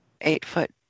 eight-foot